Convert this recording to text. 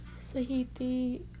Sahithi